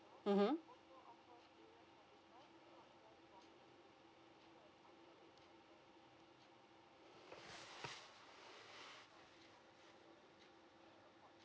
mmhmm